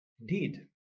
Indeed